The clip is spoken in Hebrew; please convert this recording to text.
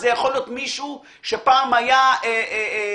זה יכול להיות מישהו שפעם היה עשיר,